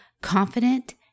confident